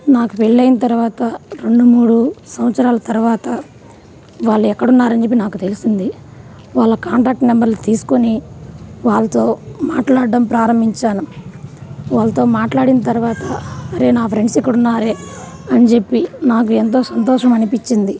నాకు పెళ్ళైన తర్వాత రెండు మూడు సంవత్సరాల తర్వాత వాళ్ళు ఎక్కడున్నారని చెప్పి నాకు తెలిసింది వాళ్ళ కాంటాక్ట్ నెంబర్లు తీసుకుని వాళ్ళతో మాట్లాడ్డం ప్రారంభించాను వాళ్ళతో మాట్లాడిన తర్వాత అరే నా ఫ్రెండ్స్ ఇక్కడ ఉన్నారే అని చెప్పి నాకు ఎంతో సంతోషం అనిపిచ్చింది